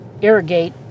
irrigate